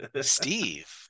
Steve